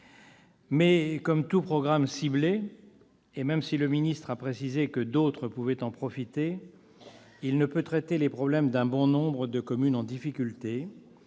Mais, comme tout programme ciblé, et même si vous avez précisé que d'autres pouvaient en profiter, ce plan ne peut traiter les problèmes d'un bon nombre de communes en difficulté.